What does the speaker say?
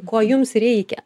ko jums reikia